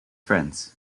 friends